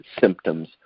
symptoms